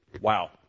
Wow